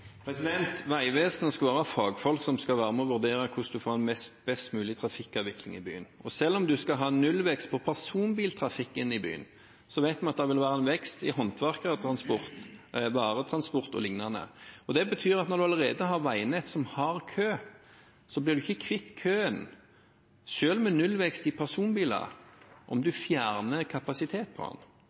vurdere hvordan man får en best mulig trafikkavvikling i byen. Selv om man skal ha nullvekst i personbiltrafikken i byen, vet vi at det vil være en vekst i håndverkertransporten, varetransporten og liknende. Det betyr at når man allerede har et veinett som har kø, blir man ikke kvitt køen, selv med nullvekst i personbiltrafikken, om man fjerner kapasiteten på